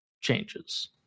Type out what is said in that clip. changes